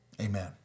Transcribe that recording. amen